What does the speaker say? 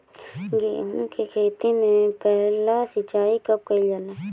गेहू के खेती मे पहला सिंचाई कब कईल जाला?